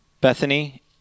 Bethany